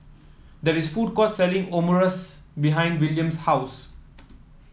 there is a food court selling Omurice behind Williams' house